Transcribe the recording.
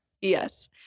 yes